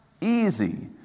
Easy